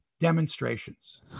demonstrations